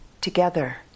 together